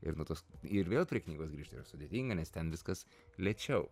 ir nuo tos ir vėl prie knygos grįžti yra sudėtinga nes ten viskas lėčiau